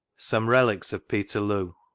some relics of pctcrloo